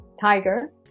Tiger